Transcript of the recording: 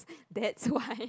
that's why